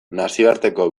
nazioarteko